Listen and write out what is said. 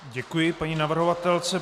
Děkuji paní navrhovatelce.